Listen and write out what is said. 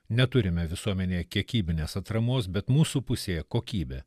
neturime visuomenėje kiekybinės atramos bet mūsų pusėje kokybė